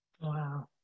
Wow